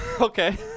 Okay